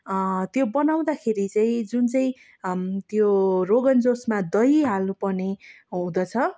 त्यो बनाउँदाखेरि चाहिँ जुन चाहिँ त्यो रोगन जोसमा दही हाल्नु पर्ने हुँदछ